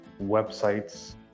websites